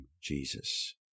Jesus